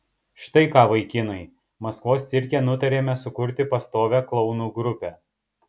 štai ką vaikinai maskvos cirke nutarėme sukurti pastovią klounų grupę